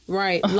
right